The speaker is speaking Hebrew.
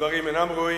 שהדברים אינם ראויים.